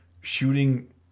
shooting